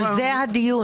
על זה הדיון.